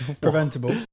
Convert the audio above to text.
Preventable